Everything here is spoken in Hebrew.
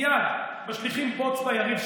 מייד משליכים בוץ ביריב.